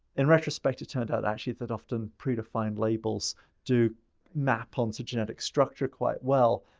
in retrospect, it turned out actually that often predefined labels do map onto genetic structure quite well.